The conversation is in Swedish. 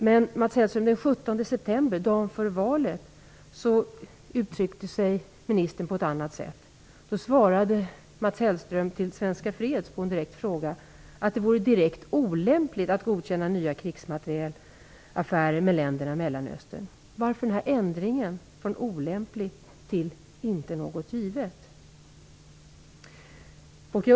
Men, Mats Hellström, den 17 september, dagen före valet, uttryckte sig ministern på ett annat sätt. På en direkt fråga från Svenska Freds o. Skiljedomsföreningen svarade Mats Hellsröm: "Det vore direkt olämpligt att godkänna nya krigsmaterielaffärer med länderna i Mellanöstern." Varför denna ändring från uttrycket olämpligt till uttrycket inte något givet?